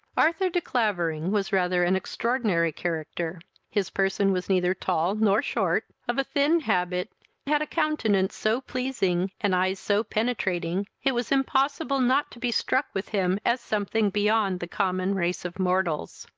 arthur de clavering was rather an extraordinary character his person was neither tall nor short of a thin habit had a countenance so pleasing, and eyes so penetrating, it was impossible not to be struck with him, as something beyond the common race of mortals.